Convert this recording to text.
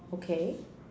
okay